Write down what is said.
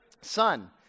son